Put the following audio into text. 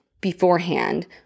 beforehand